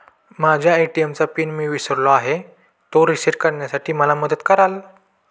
माझ्या ए.टी.एम चा पिन मी विसरलो आहे, तो रिसेट करण्यासाठी मला मदत कराल?